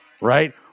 right